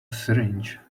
syringe